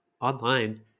online